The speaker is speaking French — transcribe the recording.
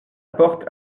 porte